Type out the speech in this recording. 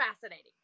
fascinating